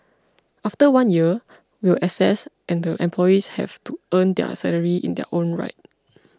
after one year we will assess and the employees have to earn their salary in their own right